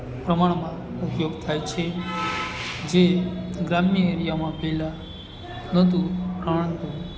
પ્રમાણમાં ઉપયોગ થાય છે જે ગ્રામ્ય એરિયામાં પહેલાં નહોતું પરંતુ